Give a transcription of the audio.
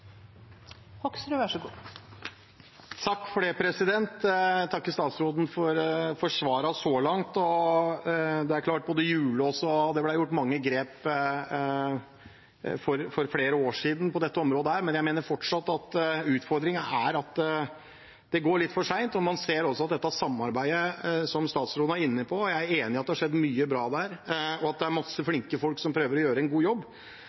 for svarene så langt. Det er klart det ble gjort mange grep på dette området for flere år siden, bl.a. med hjullås, men jeg mener fortsatt utfordringen er at det går litt for sent. Når det gjelder det samarbeidet som statsråden var inne på, er jeg enig i at det har skjedd mye bra der, og at det er mange flinke folk som prøver å gjøre en god jobb.